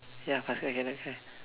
ya faster I cannot